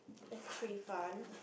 that's pretty fun